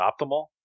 optimal